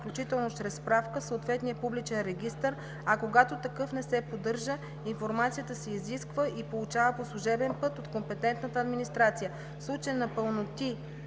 включително чрез справка в съответния публичен регистър, а когато такъв не се поддържа, информацията се изисква и получава по служебен път от компетентната администрация.